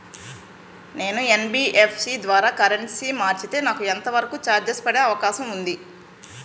నేను యన్.బి.ఎఫ్.సి ద్వారా కరెన్సీ మార్చితే నాకు ఎంత వరకు చార్జెస్ పడే అవకాశం ఉంది?